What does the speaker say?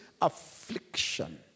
affliction